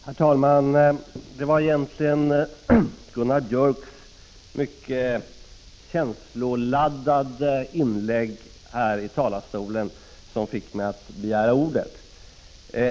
Herr talman! Det var egentligen Gunnar Biörcks i Värmdö mycket känsloladdade inlägg här i talarstolen som fick mig att begära ordet.